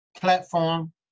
platform